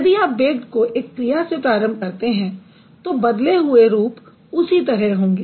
यदि आप BAKED को एक क्रिया से प्रारम्भ करते हैं तो बदले हुए रूप उसी तरह होंगे